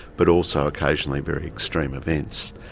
but also occasionally very extreme events.